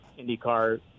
IndyCar